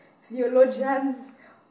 theologians